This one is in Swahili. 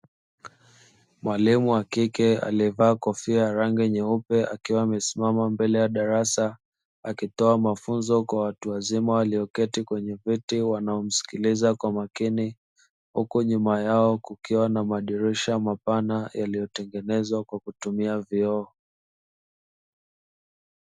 Mwalimu wa kike aliyevaa kofia rangi nyeupe akiwa amesimama mbele ya darasa akitoa mafunzo kwa watu wazima walioketi kwenye viti wanaomsikiliza kwa makini huku nyuma yao ukiona madirisha mapana yaliyotengenezwa kwa kutumia vioo.